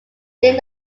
did